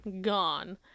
gone